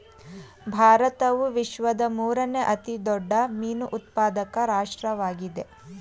ಭಾರತವು ವಿಶ್ವದ ಮೂರನೇ ಅತಿ ದೊಡ್ಡ ಮೀನು ಉತ್ಪಾದಕ ರಾಷ್ಟ್ರವಾಗಿದೆ